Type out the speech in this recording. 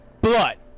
blood